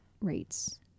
rates